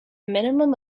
minimum